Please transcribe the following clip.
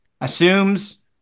assumes